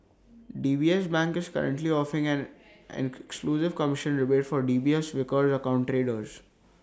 D B S bank is currently offering an an exclusive commission rebate for D B S Vickers account traders